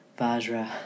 vajra